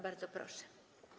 Bardzo proszę.